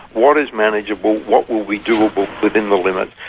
what is manageable, what will we do within the limits.